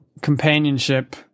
companionship